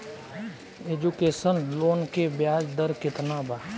Education loan के ब्याज दर केतना बा?